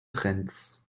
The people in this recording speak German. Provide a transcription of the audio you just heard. trends